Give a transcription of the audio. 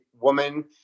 woman